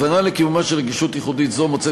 הבנה לקיומה של רגישות ייחודית זו מוצאת